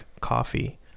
coffee